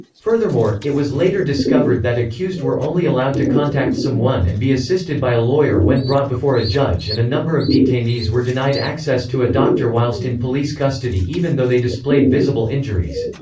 furthermore, it was later discovered that accused were only allowed to contact someone and be assisted by a lawyer when brought before a judge and a number of detainees were denied access to a doctor whilst in police custody even though they displayed visible injuries.